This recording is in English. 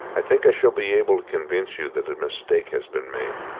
i think i shall be able to convince you that a mistake has been made.